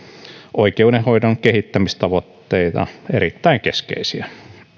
oikeudenhoidon kehittämistavoitteita erittäin keskeisiä